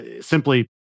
simply